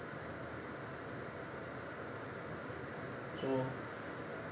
so